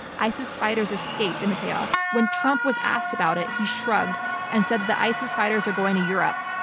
isis fighters escaped in the chaos. when trump was asked about it, he shrugged and said the isis fighters are going to europe.